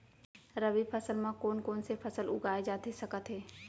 रबि फसल म कोन कोन से फसल उगाए जाथे सकत हे?